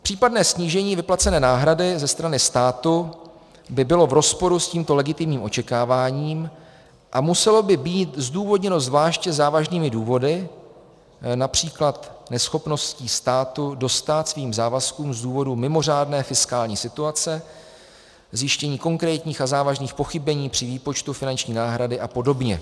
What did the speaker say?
Případné snížení vyplacené náhrady ze strany státu by bylo v rozporu s tímto legitimním očekáváním a muselo by být zdůvodněno zvláště závažnými důvody, například neschopností státu dostát svým závazkům z důvodu mimořádné fiskální situace, zjištění konkrétních a závažných pochybení při výpočtu finanční náhrady a podobně.